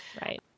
Right